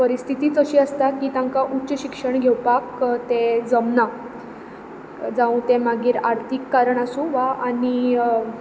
परिस्थीतीच तशी आसता की तांकां उच्च शिक्षण घेवपाक तें जमना जांव तें मागीर आर्थीक कारण आसूं वा आनी